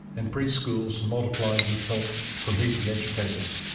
and pre-schools multiplied with help from hippie educators.